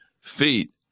feet